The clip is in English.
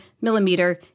millimeter